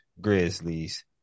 Grizzlies